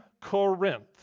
Corinth